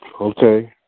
Okay